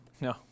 No